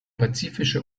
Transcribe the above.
pazifische